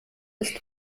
ist